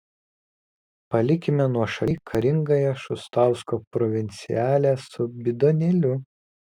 palikime nuošaly karingąją šustausko provincialę su bidonėliu